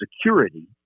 security